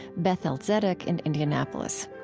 beth-el zedeck, in indianapolis.